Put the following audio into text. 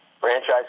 Franchise